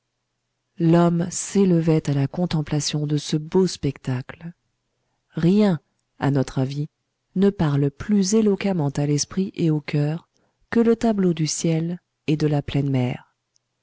l'homme s'élevait à la contemplation de ce beau spectacle rien à notre avis ne parle plus éloquemment à l'esprit et au coeur que le tableau du ciel et de la pleine mer